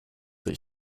that